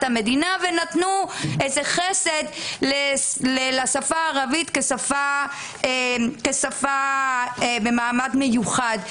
המדינה ונתנו איזה חסד לשפה הערבית כשפה במעמד מיוחד.